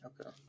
Okay